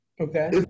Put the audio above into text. Okay